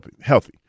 healthy